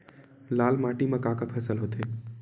लाल माटी म का का फसल होथे?